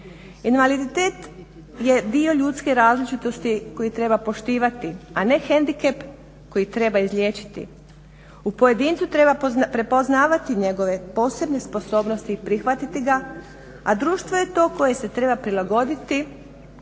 invaliditet je dio ljudske različitosti koji treba poštivati, a ne hendikep koji treba izliječiti. U pojedincu treba prepoznavati njegove posebne sposobnosti i prihvatiti ga, a društvo je to koje se treba prilagoditi